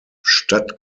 statt